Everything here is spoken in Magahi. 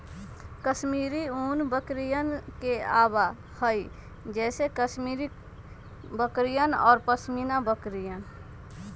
कश्मीरी ऊन बकरियन से आवा हई जैसे कश्मीरी बकरियन और पश्मीना बकरियन